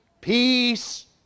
peace